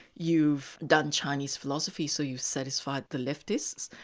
you've done chinese philosophy, so you've satisfied the leftists,